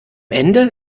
ende